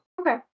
Okay